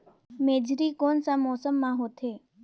मेझरी कोन सा मौसम मां होथे?